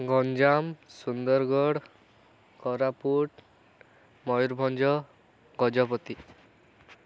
Ganjam Sundargarh Koraput Mayurbhanj Gajapati